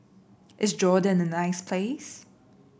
is Jordan a nice place